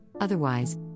otherwise